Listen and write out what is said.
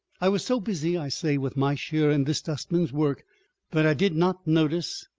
i was so busy, i say, with my share in this dustman's work that i did not notice,